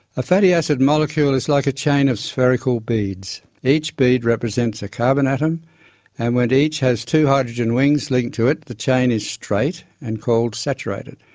a fatty acid molecule is like a chain of spherical beads. each bead represents a carbon atom and when each has two hydrogen wings linked to it the chain is straight and called saturated.